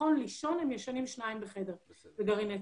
לישון הם ישנים שניים בחדר בגרעיני צבר.